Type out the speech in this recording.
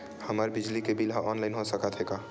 हमर बिजली के बिल ह ऑनलाइन हो सकत हे?